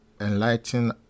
enlighten